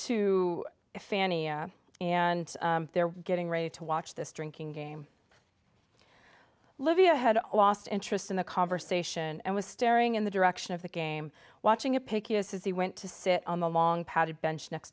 two fanny and they're getting ready to watch this drinking game livia had lost interest in the conversation and was staring in the direction of the game watching a pick is he went to sit on the long padded bench next